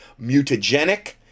mutagenic